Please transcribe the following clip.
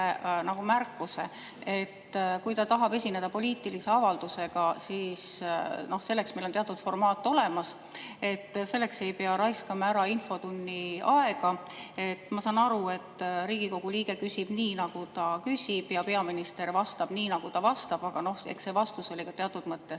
märkuse, et kui ta tahab esineda poliitilise avaldusega, siis selleks on olemas teatud formaat? Selleks ei pea raiskama infotunni aega. Ma saan aru, et Riigikogu liige küsib nii, nagu ta küsib, ja peaminister vastab nii, nagu ta vastab, aga eks see vastus oli ka teatud mõttes